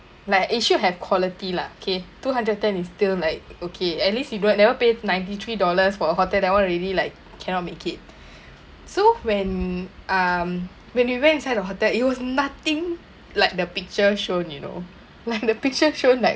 like it should have quality lah okay two hundred ten is still like okay at least you don't never pay ninety three dollars for a hotel that one already like cannot make it so when um when we went inside the hotel it was nothing like the picture shown you know like the picture shown like